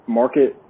market